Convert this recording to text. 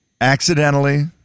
Accidentally